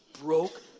broke